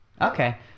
Okay